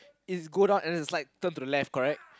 it's go down and then it's like turn to the left correct